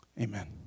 amen